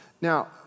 Now